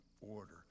order